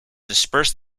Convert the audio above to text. disperse